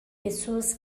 pessoas